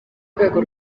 rwego